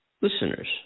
listeners